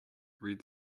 read